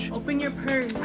open your purse.